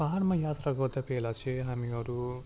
पाहाडमा यात्रा गर्दा बेला चाहिँ हामीहरू